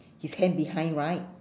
his hand behind right